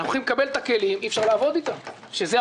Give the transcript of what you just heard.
אנחנו הולכים לקבל את הכלים אך אי אפשר לעבוד אתם,